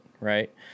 right